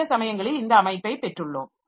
சில சமயங்களில் இந்த அமைப்பை பெற்றுள்ளோம்